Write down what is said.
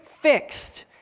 fixed